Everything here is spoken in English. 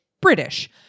British